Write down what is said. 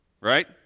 right